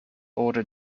order